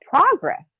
progress